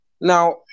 Now